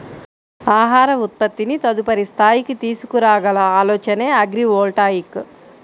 ఆహార ఉత్పత్తిని తదుపరి స్థాయికి తీసుకురాగల ఆలోచనే అగ్రివోల్టాయిక్